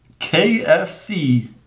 KFC